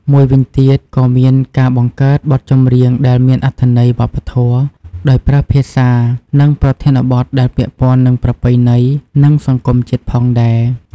មួយវិញទៀតក៏មានការបង្កើតបទចម្រៀងដែលមានអត្ថន័យវប្បធម៌ ដោយប្រើភាសា និងប្រធានបទដែលពាក់ព័ន្ធនឹងប្រពៃណី និងសង្គមជាតិផងដែរ។